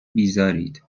بیزارید